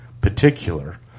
particular